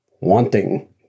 wanting